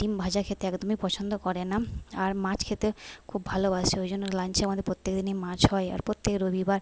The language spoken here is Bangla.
ডিম ভাজা খেতে একদমই পছন্দ করে না আর মাছ খেতে খুব ভালোবাসে ওই জন্য লাঞ্চে আমাদের প্রত্যেক দিনই মাছ হয় আর প্রত্যেক রবিবার